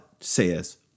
says